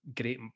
great